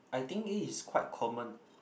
I think it is quite common